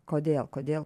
kodėl kodėl